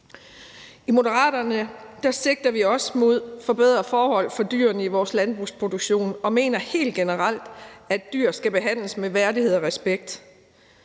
I Moderaterne sigter vi også imod at forbedre forholdene for dyrene i vores landbrugsproduktion og mener helt generelt, at dyr skal behandles med værdighed og respekt.